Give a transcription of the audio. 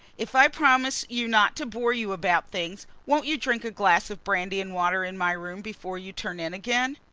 if i promise you not to bore you about things won't you drink a glass of brandy-and-water in my room before you turn in again?